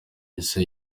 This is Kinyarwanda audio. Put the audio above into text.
ese